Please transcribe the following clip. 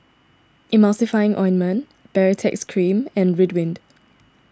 Emulsying Ointment Baritex Cream and Ridwind